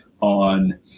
on